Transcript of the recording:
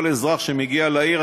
כל אזרח שמגיע לעיר,